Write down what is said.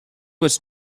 was